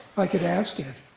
i could ask it.